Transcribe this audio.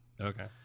okay